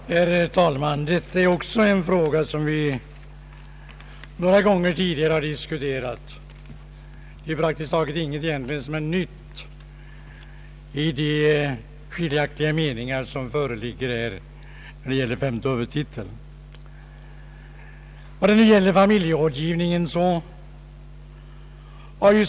Herr talman! Det är inte så som herr Mundebo säger att man hållit frågan på sparlåga. Det är tvärtom så att den varit föremål för mycket stor uppmärksamhet.